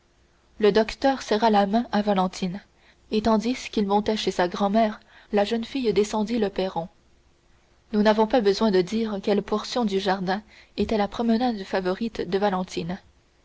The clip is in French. le docteur serra la main à valentine et tandis qu'il montait chez sa grand-mère la jeune fille descendit le perron nous n'avons pas besoin de dire quelle portion du jardin était la promenade favorite de valentine